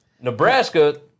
Nebraska